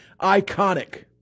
Iconic